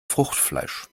fruchtfleisch